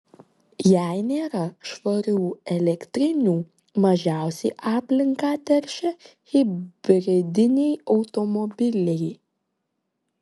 jei nėra švarių elektrinių mažiausiai aplinką teršia hibridiniai automobiliai